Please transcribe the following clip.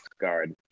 guard